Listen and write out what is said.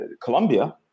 Colombia